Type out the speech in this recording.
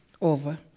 over